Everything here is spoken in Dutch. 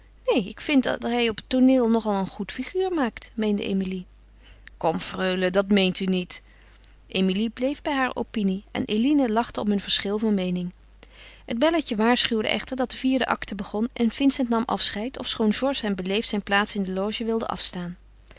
neen ik vindt dat hij op het tooneel nogal een goed figuur maakt meende emilie kom freule dat meent u niet emilie bleef bij haar opinie en eline lachte om hun verschil van meening het belletje waarschuwde echter dat de vierde acte begon en vincent nam afscheid ofschoon georges hem beleefd zijn plaats in de loge wilde afstaan